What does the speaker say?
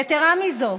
יתרה מזו,